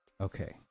okay